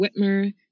Whitmer